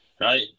right